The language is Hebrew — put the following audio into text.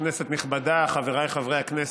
כנסת נכבדה, חבריי חברי הכנסת,